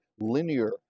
linear